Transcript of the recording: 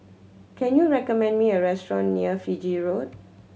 can you recommend me a restaurant near Fiji Road